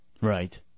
Right